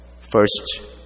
first